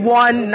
one